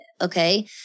okay